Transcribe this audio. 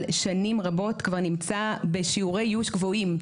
שנים רבות כבר נמצא בשיעורי איוש גבוהים.